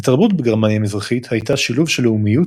התרבות בגרמניה המזרחית הייתה שילוב של לאומיות